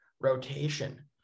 rotation